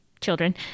children